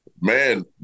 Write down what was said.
Man